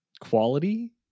quality